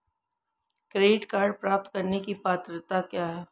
Credit card प्राप्त करने की पात्रता क्या है?